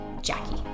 Jackie